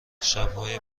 شبهای